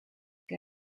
que